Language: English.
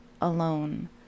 alone